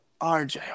RJ